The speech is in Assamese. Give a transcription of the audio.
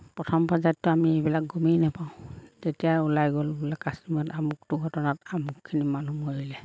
প্ৰথম পৰ্যায়তটো আমি এইবিলাক গমেই নাপাওঁ যেতিয়া ওলাই গ'ল বোলে কাশ্মীৰত আমুকটো ঘটনাত আমুকখিনি মানুহ মৰিলে